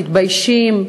מתביישים,